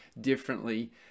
differently